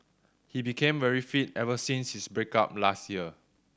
he became very fit ever since his break up last year